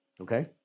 Okay